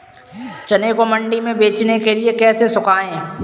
चने को मंडी में बेचने के लिए कैसे सुखाएँ?